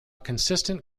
consistent